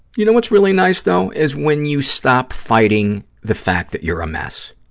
you know what's really nice, though, is when you stop fighting the fact that you're a mess.